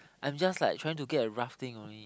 I'm just like trying to get a rough thing only